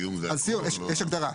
לסיום יש הגדרה,